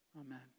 amen